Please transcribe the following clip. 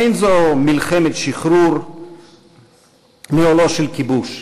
אין זו מלחמת שחרור מעולו של כיבוש,